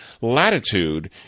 latitude